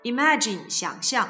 Imagine,想象